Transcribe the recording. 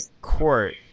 court